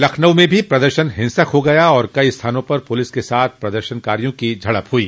लखनऊ में भी प्रदर्शन हिंसक हो गया और कई स्थानों पर पुलिस के साथ प्रदर्शनकारियों की झड़प हुई